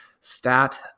stat